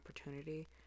opportunity